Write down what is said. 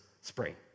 spring